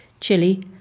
chili